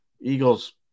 eagles